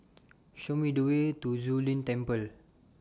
Show Me The Way to Zu Lin Temple